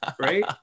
right